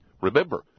Remember